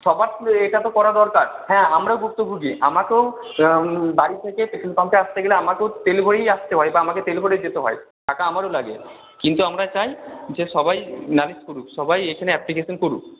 সবার তো এটা তো করা দরকার হ্যাঁ আমরাও ভুক্তভোগী আমাকেও বাড়ি থেকে পেট্রোল পাম্পে আসতে গেলে আমাকেও তেল ভরিয়েই আসতে হয় বা আমাকে তেল ভরিয়ে যেতে হয় টাকা আমারও লাগে কিন্তু আমরা চাই যে সবাই নালিশ করুক সবাই এখানে অ্যাপ্লিকেশান করুক